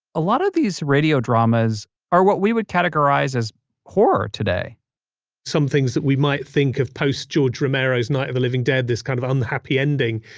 a lot of these radio drama's are what we categorize as horror today some things that we might think of post george romero's night of the living dead, this kind of unhappy ending,